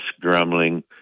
grumbling